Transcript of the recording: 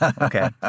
Okay